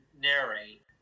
narrate